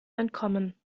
entkommen